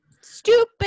Stupid